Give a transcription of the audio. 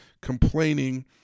complaining